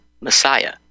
Messiah